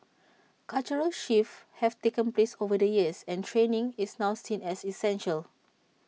cultural shifts have taken place over the years and training is now seen as essential